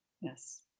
Yes